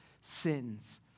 sins